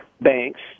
banks